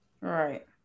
Right